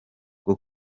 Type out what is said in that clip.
bwo